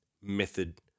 method